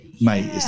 mate